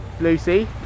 Lucy